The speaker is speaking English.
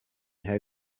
her